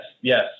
yes